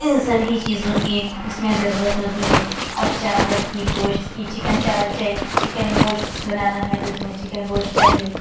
ان سبھی چیزوں کی اس میں ضرورت ہوتی ہے اور چاول کی گوشت کی چکن چاول چکن گوشت بنانا ہے تو اس میں چکن گوشت چاہیے